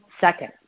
second